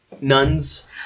nuns